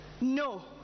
No